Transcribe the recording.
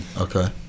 Okay